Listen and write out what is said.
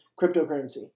cryptocurrency